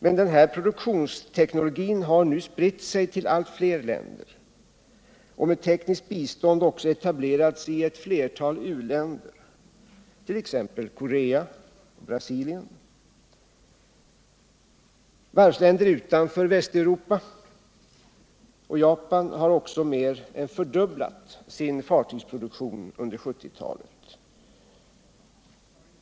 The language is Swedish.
Men den här produktionsteknologin har nu spritt sig till allt fler länder och med tekniskt bistånd också etablerats i ett flertal u-länder, t.ex. Korea och Brasilien. Varvsländer utanför Västeuropa och Japan har också mer än fördubblat sin fartygsproduktion under 1970-talet.